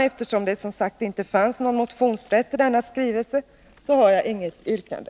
Eftersom det som sagt inte fanns någon motionsrätt när det gäller denna skrivelse har jag inget yrkande.